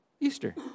Easter